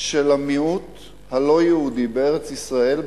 הקשה של המיעוט הלא-יהודי בארץ-ישראל,